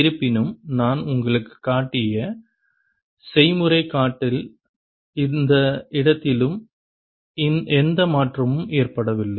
இருப்பினும் நான் உங்களுக்குக் காட்டிய செய்முறைகாட்டல் இல் எந்த இடத்திலும் எந்த மாற்றமும் ஏற்படவில்லை